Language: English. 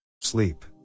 Sleep